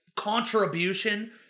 contribution